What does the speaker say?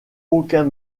aucun